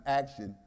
action